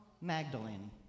Magdalene